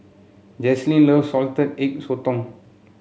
Jaclyn loves Salted Egg Sotong